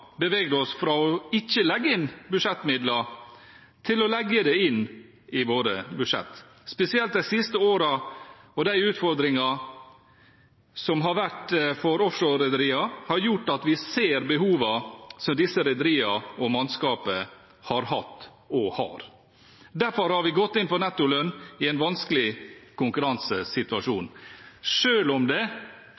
oss fra ikke å legge inn budsjettmidler til å legge det inn i våre budsjett. Spesielt de siste årene og de utfordringene som har vært for offshorerederier, har gjort at vi ser behovene som disse rederiene og mannskapet har hatt og har. Derfor har vi gått inn for nettolønn i en vanskelig konkurransesituasjon,